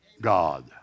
God